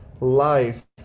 life